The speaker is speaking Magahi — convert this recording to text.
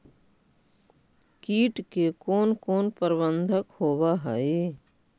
किट के कोन कोन प्रबंधक होब हइ?